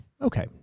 okay